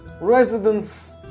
residents